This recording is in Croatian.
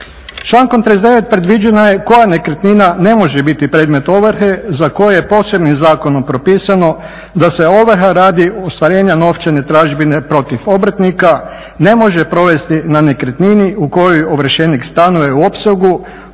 Člankom 39. predviđeno je koja nekretnina ne može biti predmet ovrhe za koje je posebnim zakonom propisano da se ovrha radi ostvarenja novčane tražbine protiv obrtnika ne može provesti na nekretnini u kojoj ovršenih stanuje u opsegu